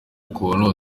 ukuntu